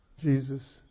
Jesus